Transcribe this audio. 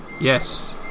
Yes